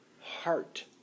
heart